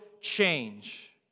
change